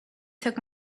took